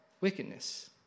wickedness